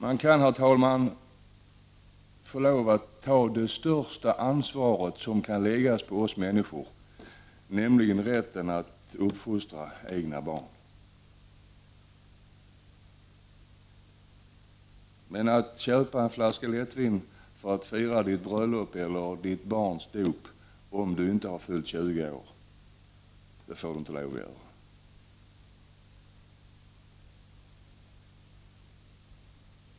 Man kan, herr talman, få lov att ta det största ansvaret som kan läggas på människor, nämligen att uppfostra egna barn. Men köpa en flaska lättvin för att fira ditt bröllop eller ditt barns dop, det får du inte lov att göra om du inte har fyllt 20 år.